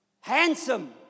handsome